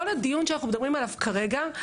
כל הדיון שאנחנו מדברים עליו כרגע,